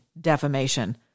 defamation